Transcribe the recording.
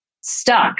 stuck